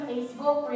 Facebook